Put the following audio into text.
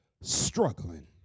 struggling